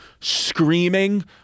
screaming